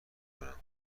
کنم